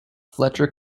fletcher